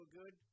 good